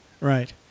Right